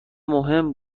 مهم